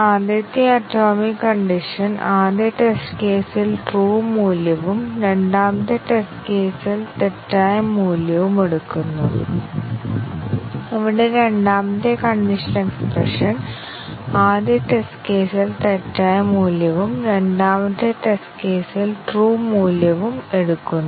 ഈ target statement branch condition സാധ്യമായ എല്ലാ കോമ്പിനേഷനുകളും പ്രോഗ്രാം പാതകൾ മൂടിയിട്ടുണ്ടോ പ്രോഗ്രാം പാതകൾ ഡാറ്റ ആശ്രിതത്വം മുതലായവയെ ആശ്രയിച്ചിട്ടുണ്ടോ അതിനാൽ പ്രോഗ്രാം എലമെന്റ് കവറേജ് അനുസരിച്ച് വൈറ്റ് ബോക്സ് ടെസ്റ്റിംഗിനായി ഞങ്ങൾക്ക് വ്യത്യസ്ത തന്ത്രങ്ങൾ ഉണ്ടാകും ഞങ്ങൾ ശ്രമിക്കുന്നു